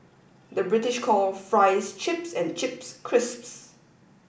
the British call fries chips and chips crisps